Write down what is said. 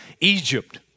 Egypt